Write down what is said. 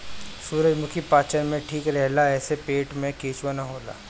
सूरजमुखी पाचन में ठीक रहेला एसे पेट में केचुआ ना होला